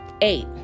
Eight